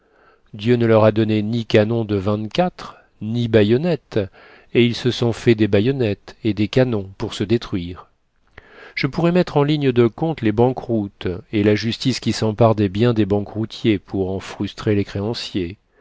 dieu ne leur a donné ni canons de vingt-quatre ni baïonnettes et ils se sont fait des baïonnettes et des canons pour se détruire je pourrais mettre en ligne de compte les banqueroutes et la justice qui s'empare des biens des banqueroutiers pour en frustrer les créanciers